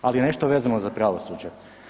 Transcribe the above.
Ali, nešto vezano za pravosuđe.